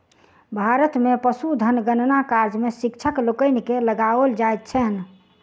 भारत मे पशुधन गणना कार्य मे शिक्षक लोकनि के लगाओल जाइत छैन